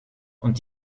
und